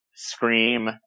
Scream